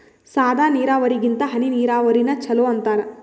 ಸಾದ ನೀರಾವರಿಗಿಂತ ಹನಿ ನೀರಾವರಿನ ಚಲೋ ಅಂತಾರ